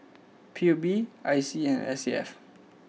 P U B I C and S A F